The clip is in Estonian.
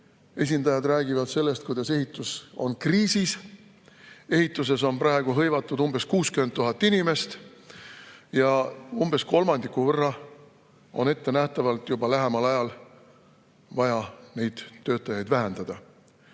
esindajad rääkisid sellest, kuidas ehitus on kriisis. Ehituses on praegu hõivatud umbes 60 000 inimest ja umbes kolmandiku võrra on ettenähtavalt juba lähemal ajal vaja neid töötajaid vähendada. Kui